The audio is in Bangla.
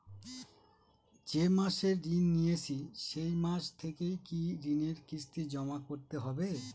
যে মাসে ঋণ নিয়েছি সেই মাস থেকেই কি ঋণের কিস্তি জমা করতে হবে?